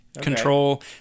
control